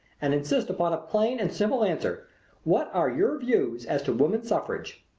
and insist upon a plain and simple answer what are your views as to woman suffrage?